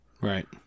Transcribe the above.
Right